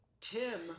Tim